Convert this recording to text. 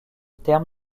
terme